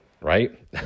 right